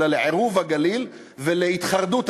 אלא לעירוב הגליל ולהתחרדות הגליל,